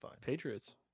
Patriots